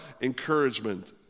encouragement